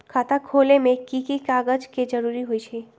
खाता खोले में कि की कागज के जरूरी होई छइ?